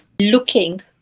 looking